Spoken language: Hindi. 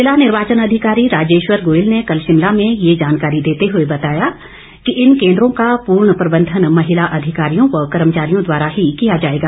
जिला निर्वाचन अधिकारी राजेश्वर गोयल ने कल शिमला में ये जानकारी देते हुए बताया कि इन केंद्रों का पूर्ण प्रबंधन महिला अधिकारियों व कर्मचारियों द्वारा ही किया जाएगा